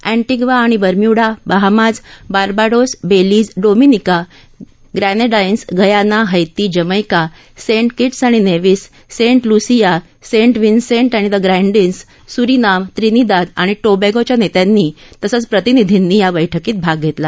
Antigua आणि Bermuda Bahamas Barbados Belize Dominica Grenadines Guyana Haiti Jamaica Saint Kitts आणि Nevis Saint Lucia Saint Vincent आणि the Grenadines Suriname Trinidad आणि टोबेगोच्या नेत्यांनी तसंच प्रतिनिधिंनी या बैठकीत भाग घेतला